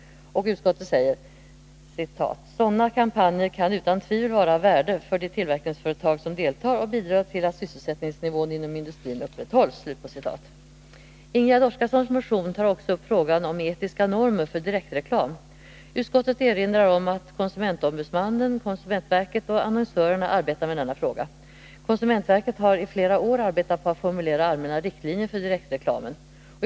Utskottet säger: ”Sådana kampanjer kan utan tvivel vara av värde för de tillverkningsföretag som deltar och bidrar till att sysselsättningsnivån inom industrin upprätthålls.” Ingegerd Oskarssons motion tar också upp frågan om etiska normer för direktreklam. Utskottet erinrar om att konsumentombudsmannen, konsumentverket och annonsörerna arbetar med denna fråga. Konsumentverket har i flera år arbetat på att formulera allmänna riktlinjer för direktreklam.